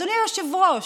אדוני היושב-ראש,